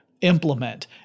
implement